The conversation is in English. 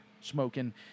smoking